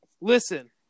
Listen